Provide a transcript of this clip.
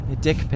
dick